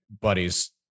buddies